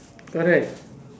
correct